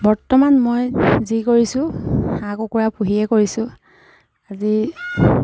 বৰ্তমান মই যি কৰিছোঁ হাঁহ কুকুৰা পুহিয়ে কৰিছোঁ আজি